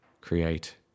create